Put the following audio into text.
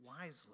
wisely